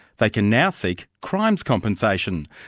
they can now seek crimes compensation.